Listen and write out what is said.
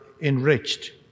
enriched